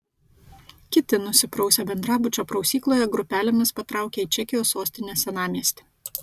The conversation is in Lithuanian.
kiti nusiprausę bendrabučio prausykloje grupelėmis patraukė į čekijos sostinės senamiestį